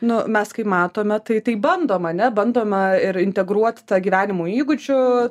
nu mes kai matome tai tai bandoma ne bandoma ir integruot tą gyvenimo įgūdžių